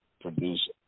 produce